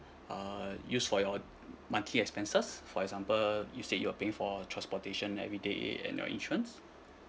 uh use for your monthly expenses for example you say you are paying for your transportation everyday and your insurance